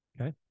Okay